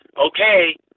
Okay